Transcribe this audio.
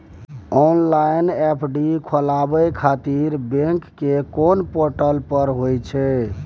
Online FD खोलाबय खातिर bank के कोन पोर्टल पर होए छै?